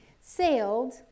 sailed